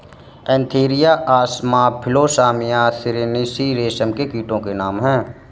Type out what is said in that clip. Antheraea assama Philosamia ricini रेशम के कीटो के नाम हैं